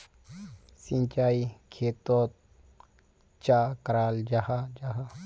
सिंचाई खेतोक चाँ कराल जाहा जाहा?